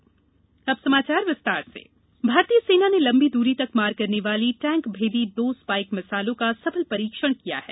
मध्यप्रदेश सेना प्रमुख भारतीय सेना ने लम्बी दूरी तक मार करने वाली टैंक भेदी दो स्पाइक मिसाइलों का सफल परीक्षण किया है